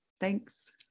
Thanks